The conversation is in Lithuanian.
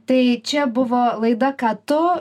tai čia buvo laida ką tu